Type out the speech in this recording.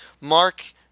Mark